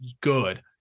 good